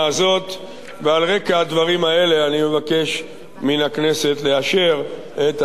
ועל רקע הדברים האלה אני מבקש מן הכנסת לאשר את הצעת החוק הזאת.